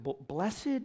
Blessed